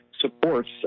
supports